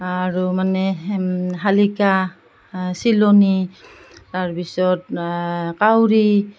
আৰু মানে শালিকা চিলনি তাৰপিছত কাউৰী